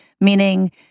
Meaning